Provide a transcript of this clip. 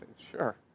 Sure